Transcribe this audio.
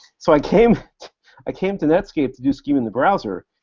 so i came i came to netscape to do scheme in the browser,